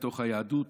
לתוך היהדות,